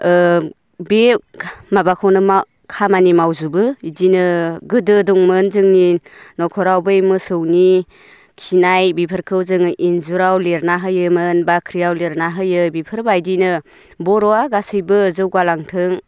बे माबाखौनो खामानि मावजोबो बिदिनो गोदो दंमोन जोंनि न'खराव बै मोसौनि खिनाय बेफोरखौ जोङो इन्जुराव लिरना होयोमोन बाख्रियाव लिरना होयो बेफोरबायदिनो बर'आ गासैबो जौगालांथों